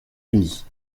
unies